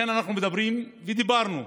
לכן אנחנו מדברים, ודיברנו,